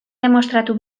demostratu